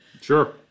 Sure